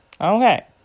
okay